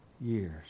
years